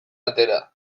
atera